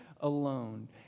alone